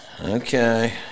Okay